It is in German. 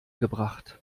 gebracht